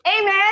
Amen